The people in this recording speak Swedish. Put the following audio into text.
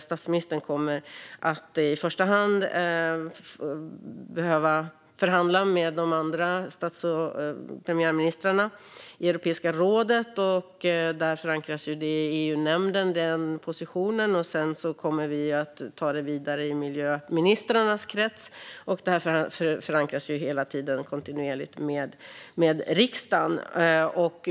Statsministern kommer i första hand att behöva förhandla med de andra stats och premiärministrarna i Europeiska rådet, och den positionen förankras i EU-nämnden. Sedan kommer vi att ta det vidare i miljöministrarnas krets, och detta förankras kontinuerligt med riksdagen.